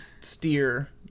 steer